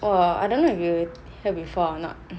oh I don't know if you hear before or not